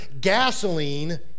gasoline